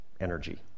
energy